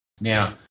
Now